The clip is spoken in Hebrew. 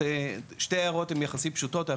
שתי ההערות הן יחסית פשוטות.